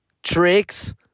Tricks